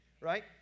right